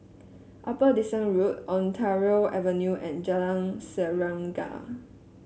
Upper Dickson Road Ontario Avenue and Jalan Serengam